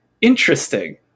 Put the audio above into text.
interesting